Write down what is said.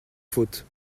faute